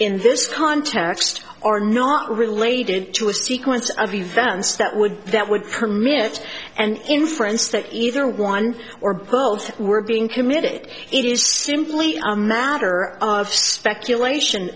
in this context are not related to a sequence of events that would that would permit and inference that either one or both were being committed it is simply a matter of speculation